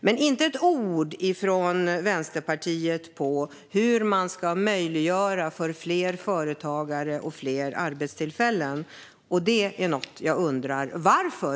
Men Vänsterpartiet säger inte ett ord om hur man ska möjliggöra för fler företagare och fler arbetstillfällen. Jag undrar varför.